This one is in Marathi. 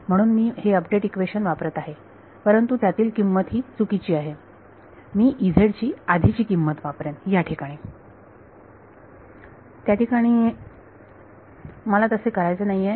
म्हणून मी हे अपडेट इक्वेशन वापरत आहे परंतु त्यातील किंमत ही चुकीची आहे मी ची आधी ची किंमत वापरेन याठिकाणी त्या ठिकाणी मला तसे करायचे नाहीये